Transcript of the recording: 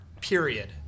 Period